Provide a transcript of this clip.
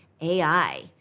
AI